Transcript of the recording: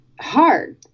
hard